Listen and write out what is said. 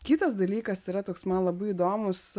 kitas dalykas yra toks man labai įdomus